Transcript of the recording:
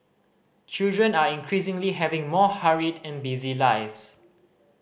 children are increasingly having more hurried and busy lives